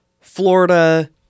Florida